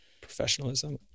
Professionalism